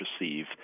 receive